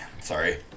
Sorry